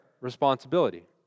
responsibility